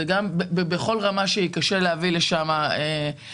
בכל רמה שהיא קשה להביא לשם עסקים,